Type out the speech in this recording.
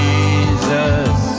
Jesus